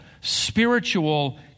spiritual